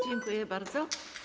Dziękuję bardzo.